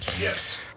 Yes